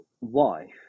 wife